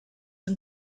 and